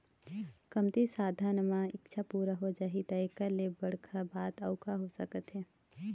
कमती साधन म इच्छा पूरा हो जाही त एखर ले बड़का बात अउ का हो सकत हे